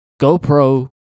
GoPro